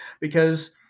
because-